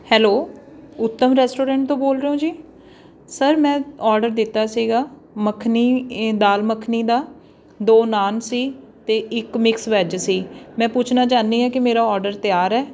hello Uttam restaurant ਤੋਂ ਬੋਲ ਰਹੇ ਹੋ ਜੀ ਸਰ ਮੈਂ ਔਡਰ ਦਿੱਤਾ ਸੀਗਾ ਮੱਖਣੀ ਦਾਲ ਮੱਖਣੀ ਦਾ ਦੋ ਨਾਨ ਸੀ ਅਤੇ ਇੱਕ ਮਿਕਸ ਵੈੱਜ ਸੀ ਮੈਂ ਪੁੱਛਣਾ ਚਾਹੁੰਦੀ ਹਾਂ ਕਿ ਮੇਰਾ ਔਡਰ ਤਿਆਰ ਹੈ